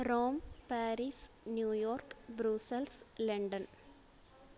Rome Paris New York Brussels London